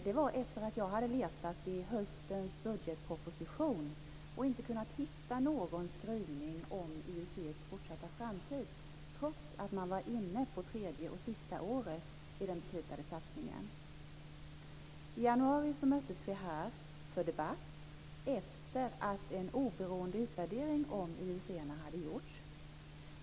Det var efter det att jag hade letat i höstens budgetproposition och inte kunde hitta någon skrivning om IUC:s fortsatta framtid, trots att man var inne på tredje och sista året i den beslutade satsningen. I januari möttes vi här för debatt efter det att en oberoende utvärdering om IUC hade gjorts.